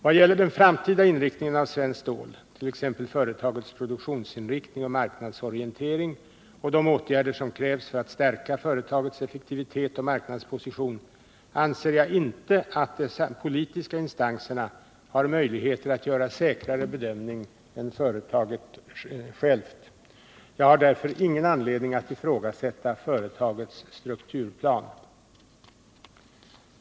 Vad gäller den framtida inriktningen av Svenskt Stål, t.ex. företagets produktionsinriktning och marknadsorientering och de åtgärder som krävs för att stärka företagets effektivitet och marknadsposition, anser jag inte att de politiska instanserna har möjligheter att göra säkrare bedömningar än företaget självt. Jag har därför ingen anledning att ifrågasätta företagets strukturplan.